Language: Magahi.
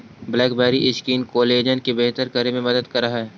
ब्लैकबैरी स्किन कोलेजन के बेहतर करे में मदद करऽ हई